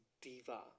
diva